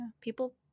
People